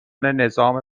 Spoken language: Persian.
نظام